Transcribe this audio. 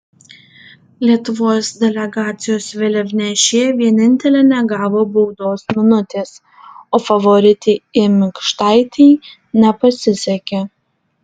lietuvos delegacijos vėliavnešė vienintelė negavo baudos minutės o favoritei i mikštaitei nepasisekė